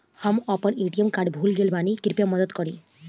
हम अपन ATM PIN भूल गएल बानी, कृपया मदद करीं